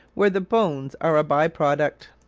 where the bones are a by-product.